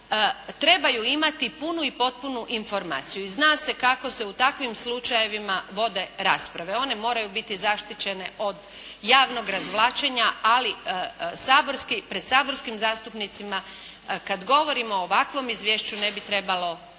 trebaju imati punu i potpunu informaciju i zna se kako se u takvim slučajevima vode rasprave. One moraju biti zaštićene od javnog razvlačenja, ali pred saborskim zastupnicima, kad govorimo o ovakvom izvješću, ne bi trebalo postojati